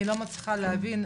אני לא מצליחה להבין,